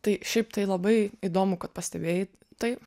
tai šiaip tai labai įdomu kad pastebėjai taip